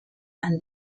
and